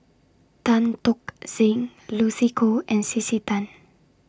Tan Tock Seng Lucy Koh and C C Tan